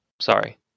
sorry